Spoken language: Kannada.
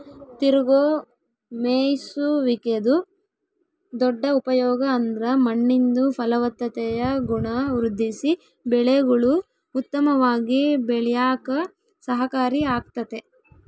ತಿರುಗೋ ಮೇಯ್ಸುವಿಕೆದು ದೊಡ್ಡ ಉಪಯೋಗ ಅಂದ್ರ ಮಣ್ಣಿಂದು ಫಲವತ್ತತೆಯ ಗುಣ ವೃದ್ಧಿಸಿ ಬೆಳೆಗುಳು ಉತ್ತಮವಾಗಿ ಬೆಳ್ಯೇಕ ಸಹಕಾರಿ ಆಗ್ತತೆ